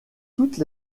toutes